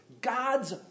God's